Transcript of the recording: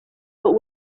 but